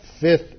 fifth